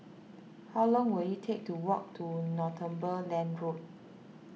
how long will it take to walk to Northumberland Road